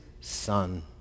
son